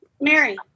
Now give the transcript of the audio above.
Mary